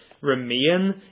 Remain